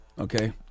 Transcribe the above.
Okay